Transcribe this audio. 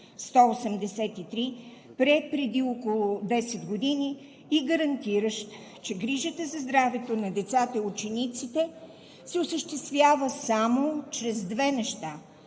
183, приет преди около 10 години и гарантиращ, че грижата за здравето на децата и учениците се осъществява само чрез две неща: